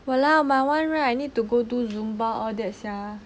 !walao! my one right I need to go do zumba all that sia